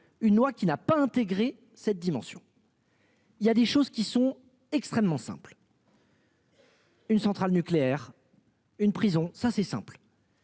Une loi qui n'a pas intégré cette dimension. Il y a des choses qui sont extrêmement simple. Une centrale nucléaire. Une prison ça c'est simple.